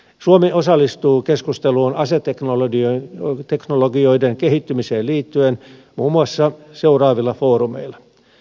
suomi osallistuu keskusteluun aseteknologioiden kehittymiseen liittyen muun muassa seuraavilla foorumeilla